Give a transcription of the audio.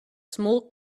small